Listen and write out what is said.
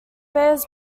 bears